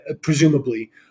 presumably